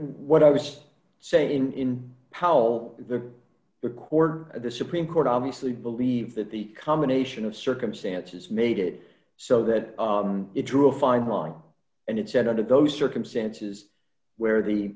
what i would say in how the quarter the supreme court obviously believed that the combination of circumstances made it so that it drew a fine line and it said under those circumstances where the